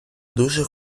дуже